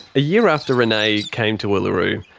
a year after renay came to uluru,